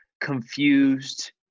confused